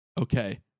Okay